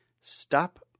Stop